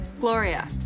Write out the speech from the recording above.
Gloria